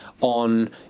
on